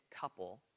couple